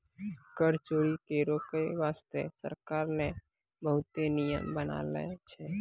कर चोरी के रोके बासते सरकार ने बहुते नियम बनालो छै